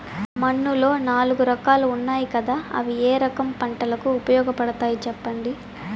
మన్నులో నాలుగు రకాలు ఉన్నాయి కదా అవి ఏ రకం పంటలకు ఉపయోగపడతాయి చెప్పండి?